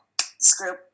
Screw